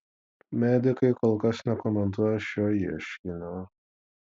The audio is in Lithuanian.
medikai kol kas nekomentuoja šio ieškinio